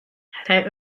had